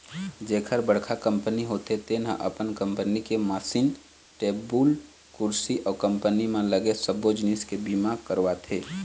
जेखर बड़का कंपनी होथे तेन ह अपन कंपनी के मसीन, टेबुल कुरसी अउ कंपनी म लगे सबो जिनिस के बीमा करवाथे